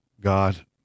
God